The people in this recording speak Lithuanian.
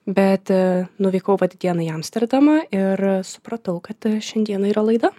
bet nuvykau vat dienai į amsterdamą ir supratau kad šiandieną yra laida